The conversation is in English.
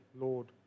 Lord